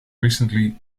recently